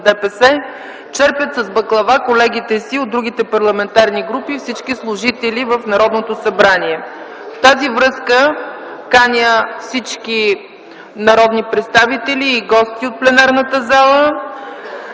ДПС черпят с баклава колегите си от другите парламентарни групи и всички служители в Народното събрание. В тази връзка каня всички народни представители и гости от пленарната зала